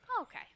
Okay